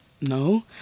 no